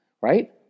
right